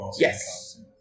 Yes